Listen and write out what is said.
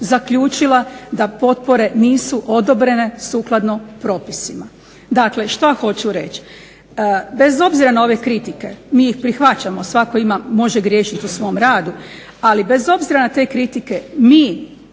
zaključila da potpore nisu odobrene sukladno propisima. Dakle, što hoću reći? Bez obzira na ove kritike, mi ih prihvaćamo, svatko može griješiti u svome radu, ali bez obzira na te kritike mi